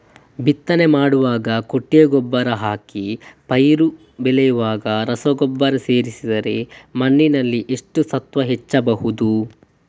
ಬಿತ್ತನೆ ಮಾಡುವಾಗ ಕೊಟ್ಟಿಗೆ ಗೊಬ್ಬರ ಹಾಕಿ ಪೈರು ಬೆಳೆಯುವಾಗ ರಸಗೊಬ್ಬರ ಸೇರಿಸಿದರೆ ಮಣ್ಣಿನಲ್ಲಿ ಎಷ್ಟು ಸತ್ವ ಹೆಚ್ಚಬಹುದು?